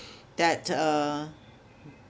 that uh